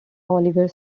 olivier